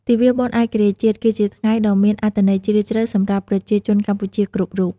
ទិវាបុណ្យឯករាជ្យជាតិ គឺជាថ្ងៃដ៏មានអត្ថន័យជ្រាលជ្រៅសម្រាប់ប្រជាជនកម្ពុជាគ្រប់រូប។